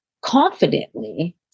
confidently